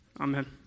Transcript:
amen